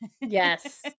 Yes